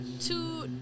two